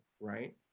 right